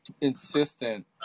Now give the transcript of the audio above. insistent